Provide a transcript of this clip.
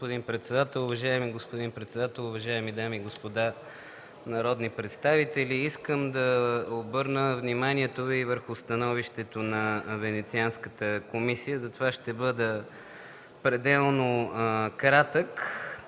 Уважаеми господин председател, уважаеми дами и господа народни представители! Искам да обърна вниманието Ви върху становището на Венецианската комисия. Ще бъда пределно кратък.